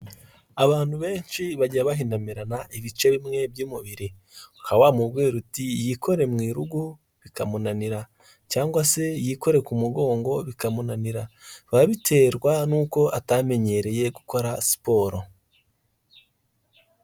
Abantu benshi bajya bahinamirana ibice bimwe by'umubiri, ukaba wamubwira uti yikore mu irugu bikamunanira cyangwa se yikore ku mugongo bikamunanira, biba biterwa n'uko atamenyereye gukora siporo.